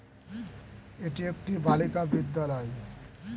এটি একটি বালিকা বিদ্যালয়